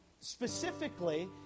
specifically